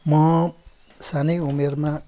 म सानै उमेरमा